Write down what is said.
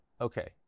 Okay